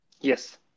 Yes